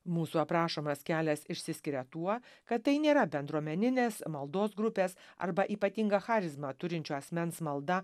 mūsų aprašomas kelias išsiskiria tuo kad tai nėra bendruomeninės maldos grupės arba ypatingą charizmą turinčio asmens malda